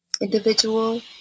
individual